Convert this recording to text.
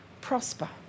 prosper